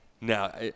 Now